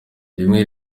rimwe